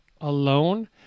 alone—